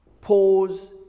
pause